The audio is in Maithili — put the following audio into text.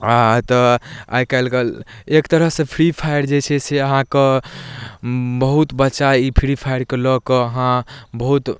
आओर तऽ आइकाल्हिके एक तरहसँ फ्री फायर जे छै से अहाँके बहुत बच्चा ई फ्री फायरके लऽ कऽ अहाँ बहुत